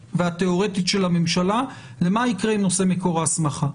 והתיאורטית של הממשלה למה יקרה עם נושא מקור ההסמכה.